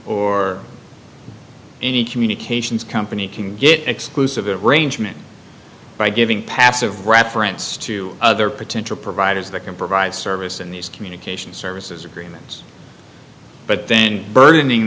or any communications company can get exclusive range meant by giving passive reference to other potential providers that can provide service in these communication services agreements but then burdening